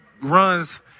runs